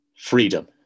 Freedom